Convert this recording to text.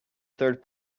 third